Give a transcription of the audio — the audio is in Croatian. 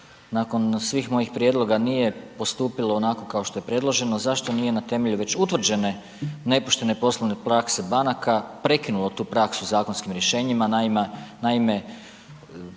nakon svih mojih prijedloga, nije postupilo onako kao što je predloženo, zašto nije na temelju već utvrđene nepoštene poslovne prakse banaka, prekinulo tu praksu zakonskim rješenjima, naime